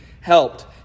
helped